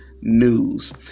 news